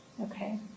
Okay